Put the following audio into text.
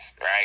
right